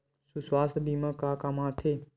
सुवास्थ बीमा का काम आ थे?